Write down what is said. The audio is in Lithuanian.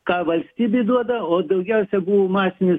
ką valstybė duoda o daugiausia buvo masinis